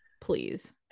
please